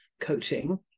coaching